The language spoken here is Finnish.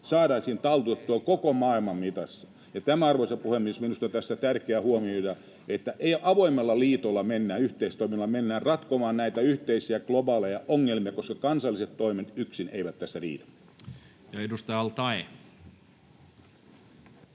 saataisiin taltutettua koko maailman mitassa. Tämä, arvoisa puhemies, on minusta tässä tärkeä huomioida: eli avoimella liitolla, yhteistoiminnalla, mennään ratkomaan näitä yhteisiä globaaleja ongelmia, koska kansalliset toimet yksin eivät tässä riitä. Edustaja al-Taee.